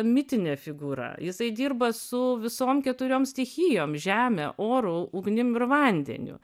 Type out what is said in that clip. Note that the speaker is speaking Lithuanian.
mitinė figūra jisai dirba su visom keturiom stichijom žeme oru ugnim ir vandeniu